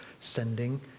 sending